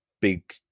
big